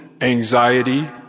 anxiety